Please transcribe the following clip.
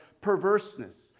perverseness